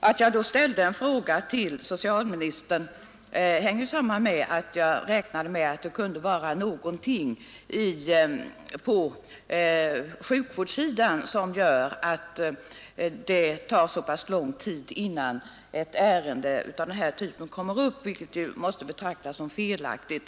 Att jag ställde en fråga till socialministern hängde samman med att jag räknade med att det kunde vara någonting på sjukvårdssidan som gör att det tar så pass lång tid, innan ett ärende av denna typ kommer upp, vilket måste betraktas som felaktigt.